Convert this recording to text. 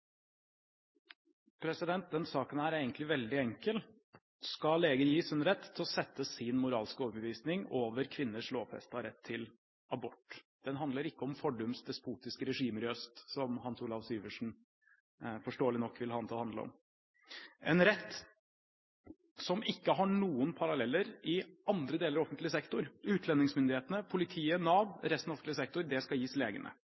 er egentlig veldig enkel. Skal leger gis en rett til å sette sin moralske overbevisning over kvinners lovfestede rett til abort? Den handler ikke om fordums despotiske regimer i øst, som Hans Olav Syversen forståelig nok vil ha den til å handle om. En rett som ikke har noen paralleller i andre deler av offentlig sektor – utlendingsmyndighetene, politiet, Nav